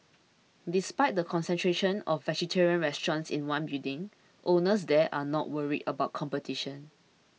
despite the concentration of vegetarian restaurants in one building owners there are not worried about competition